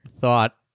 thought